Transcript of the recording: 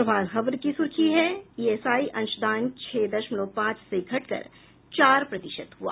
प्रभात खबर की सुर्खी है ईएसआई अंशदान छह दशमलव पांच से घटकर चार प्रतिशत हुआ